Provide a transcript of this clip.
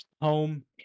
home